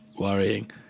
worrying